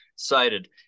cited